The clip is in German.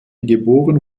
geboren